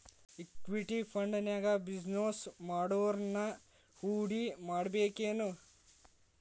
Equity ಫಂಡ್ನ್ಯಾಗ business ಮಾಡೊವ್ರನ ಹೂಡಿಮಾಡ್ಬೇಕೆನು?